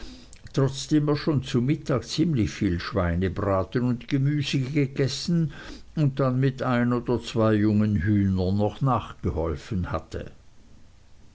trotzdem er schon zu mittag ziemlich viel schweinebraten und gemüse gegessen und dann mit ein oder zwei jungen hühnern noch nachgeholfen hatte